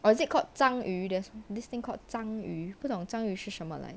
what is it called 章鱼 there's this thing called 章鱼不懂章鱼是什么 line